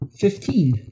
Fifteen